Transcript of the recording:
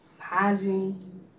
hygiene